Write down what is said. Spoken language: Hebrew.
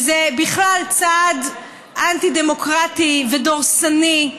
שזה בכלל צעד אנטי-דמוקרטי ודורסני.